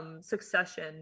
Succession